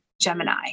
Gemini